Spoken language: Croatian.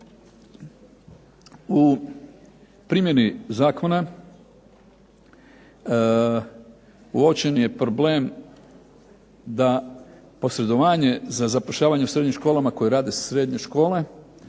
U primjeni zakona uočen je problem da posredovanje za zapošljavanje u srednjim školama koji rade srednje škole,